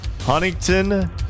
Huntington